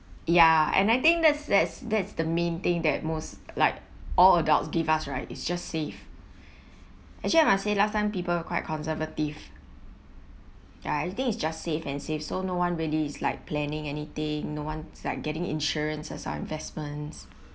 ya and I think that's that's that's the main thing that most like all adults give us right it's just save actually I must say last time people are quite conservative ya everything is just save and save so no one really is like planning anything no one is like getting insurance as our investments